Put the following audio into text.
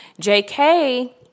JK